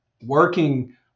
working